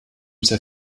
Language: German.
sehr